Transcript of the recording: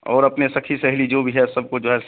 और अपनी सखी सहेली जो भी है सबको जो है